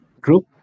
group